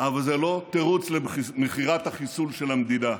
אבל זה לא תירוץ למכירת החיסול של המדינה.